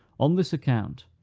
on this account,